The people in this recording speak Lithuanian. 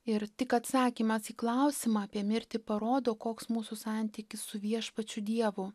ir tik atsakymas į klausimą apie mirtį parodo koks mūsų santykis su viešpačiu dievu